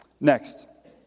Next